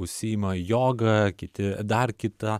užsiima joga kiti dar kita